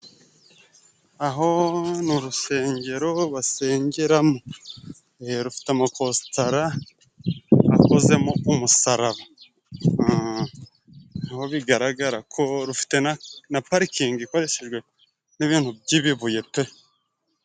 Aho ni urusengero basengeramo. Rufite amakositara akozemo umusaraba. Uh! Ni ho bigaragara ko rufite na parikingi ikoreshejwe n'ibintu by'ibibuye pe!